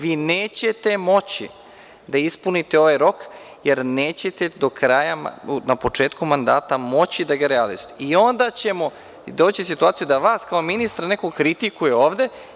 Vi nećete moći da ispunite ovaj rok, jer nećete na početku mandata moći da ga realizujete, i onda ćemo doći u situaciju da vas kao ministra neko kritikuje ovde.